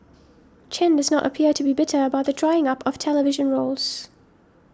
Chen does not appear to be bitter about the drying up of television roles